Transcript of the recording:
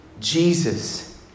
Jesus